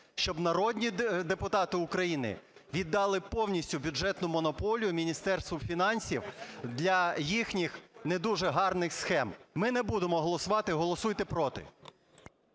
щоб народні депутати України віддали повністю бюджетну монополію Міністерству фінансів для їхніх не дуже гарних схем. Ми не буде голосувати. Голосуйте "проти".